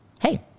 Hey